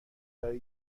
برای